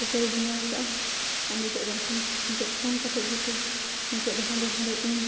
ᱚᱠᱚᱭ ᱵᱮᱱᱟᱣ ᱠᱟᱜᱼᱟ ᱟᱨ ᱱᱤᱛᱳᱜ ᱫᱚ ᱮᱱᱠᱷᱟᱱ ᱱᱤᱛᱳᱜ ᱯᱷᱳᱱ ᱠᱟᱛᱮᱫ ᱜᱮᱠᱚ ᱱᱤᱛᱳᱜ ᱫᱚ ᱦᱟᱸᱰᱮ ᱱᱷᱟᱰᱮ ᱤᱧ